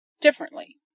differently